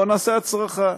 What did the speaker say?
בוא נעשה הצרחה,